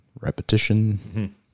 repetition